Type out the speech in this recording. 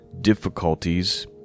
difficulties